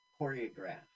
Choreograph